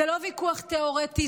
זה לא ויכוח תיאורטי,